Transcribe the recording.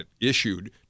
issued